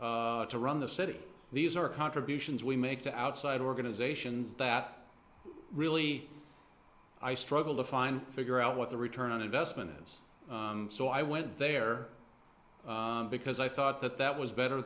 things to run the city these are contributions we make to outside organizations that really i struggle to find figure out what the return on investment is so i went there because i thought that that was better